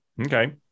Okay